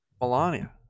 Melania